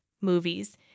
movies